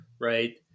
right